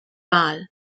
wahl